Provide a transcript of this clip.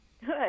Good